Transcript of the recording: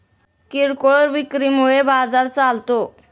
किरकोळ विक्री मुळे बाजार चालतो